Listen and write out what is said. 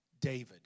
David